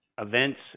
Events